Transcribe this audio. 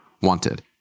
wanted